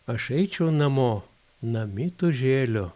aš eičiau namo namitužėlio